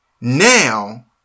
now